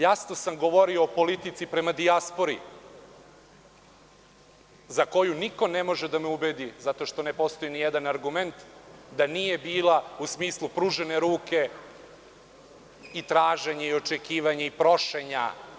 Jasno sam govorio opolitici prema dijaspori za koju niko ne može da me ubedi, zato što ne postoji nijedan argument, da nije bila u smislu pružene ruke i traženja i očekivanja i prošenja.